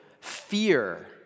fear